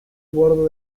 bordo